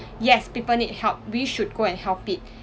yes people need help we should go and help it